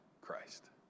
Christ